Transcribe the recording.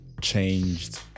changed